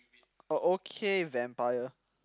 oh okay vampire